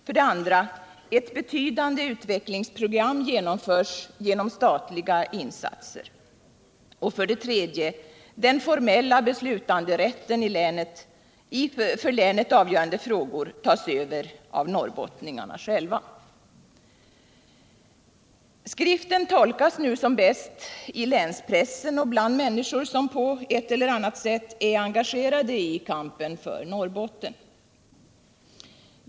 För det andra: Ett betydande utvecklingsprogram genomförs genom statliga insatser. För det tredje: Den formella beslutanderätten i för länet avgörande frågor tas över av norrbottningarna själva. Skriften tolkas nu som bäst i länspressen och bland människor som på ett eller annat sätt är engagerade i kampen för Norrbotten.